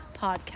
podcast